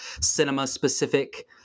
cinema-specific